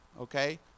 okay